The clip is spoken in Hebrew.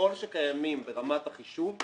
ככל שקיימים ברמת החישוב,